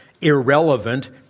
irrelevant